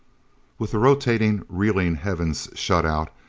with the rotating, reeling heavens shut out,